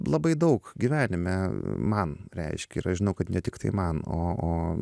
labai daug gyvenime man reiškia ir aš žinau kad ne tiktai man o o